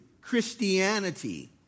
Christianity